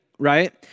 right